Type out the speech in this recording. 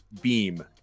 beam